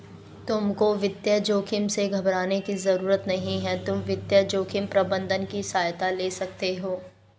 तुमको वित्तीय जोखिम से घबराने की जरूरत नहीं है, तुम वित्तीय जोखिम प्रबंधन की सहायता ले सकते हो